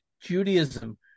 Judaism